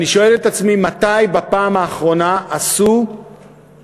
אני שואל את עצמי, מתי בפעם האחרונה עשו תכנון,